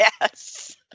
Yes